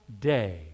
day